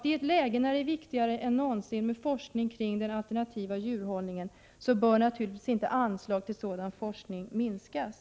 I ett läge när det är viktigare än någonsin med forskning om alternativ djurhållning, bör naturligtvis inte anslaget till sådan forskning minskas.